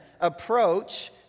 approach